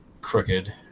crooked